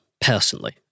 personally